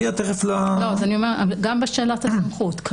גם בשאלת הנוכחות,